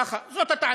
ככה, זאת הטענה.